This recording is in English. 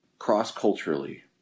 Cross-culturally